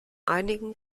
einigen